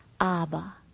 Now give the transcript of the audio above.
Abba